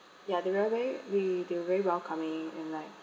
ya they were vey really they were very welcoming and like